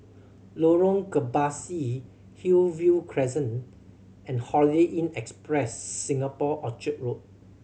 Lorong Kebasi Hillview Crescent and Holiday Inn Express Singapore Orchard Road